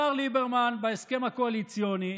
השר ליברמן, בהסכם הקואליציוני,